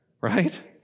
right